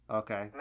okay